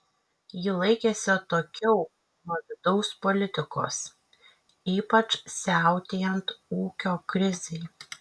ji laikėsi atokiau nuo vidaus politikos ypač siautėjant ūkio krizei